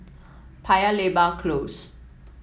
Paya Lebar Close